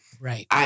Right